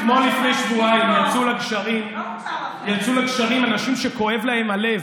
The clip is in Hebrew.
אתמול לפני שבועיים יצאו לגשרים אנשים שכואב להם הלב